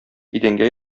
идәнгә